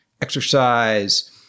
exercise